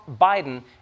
Biden